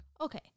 Okay